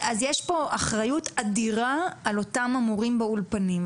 אז יש פה אחריות אדירה על אותם המורים באולפנים,